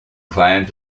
claims